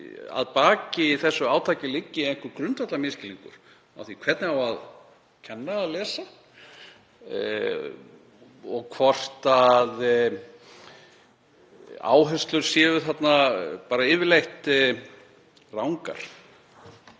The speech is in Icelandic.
að baki þessu átaki liggi einhver grundvallarmisskilningur á því hvernig á að kenna að lesa og að áherslur séu þarna bara yfirleitt rangar?